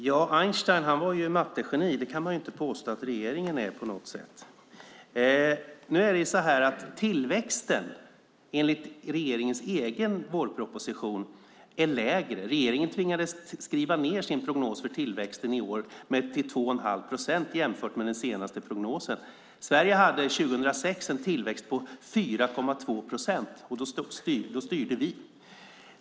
Fru talman! Einstein var mattegeni, det kan man inte påstå att regeringen är. Tillväxten enligt regeringens egen vårproposition är lägre än väntat. Regeringens tvingades skriva ned sin prognos för tillväxten i år till 2 1⁄2 procent jämfört med den senaste prognosen. Sverige hade 2006 en tillväxt på 4,2 procent, och då styrde vi.